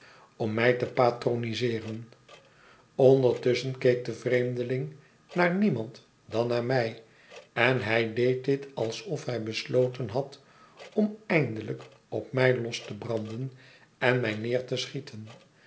om mij te patroniseeren ondertusschen keek de vreemdeling naar niemand dan naar mij en hij deed dit alsof hij besloten had om eindelijk op mij los te branden en mij neer te schieten